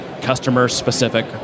customer-specific